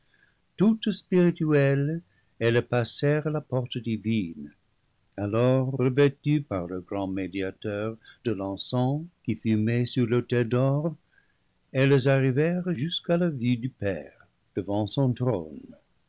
toutes spirituelles elles passèrent la porte divine le paradis perdu alors revêtues par leur grand médiateur de l'encens qui fumait sur l'autel d'or elles arrivèrent jusqu'à la vue du père devant son trône